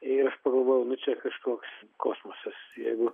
ir aš pagalvojau nu čia kažkoks kosmosas jeigu